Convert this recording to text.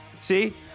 See